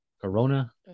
Corona